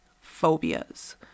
phobias